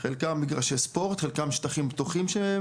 רק במשפט, אנחנו